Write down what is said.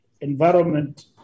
environment